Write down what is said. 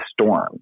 storm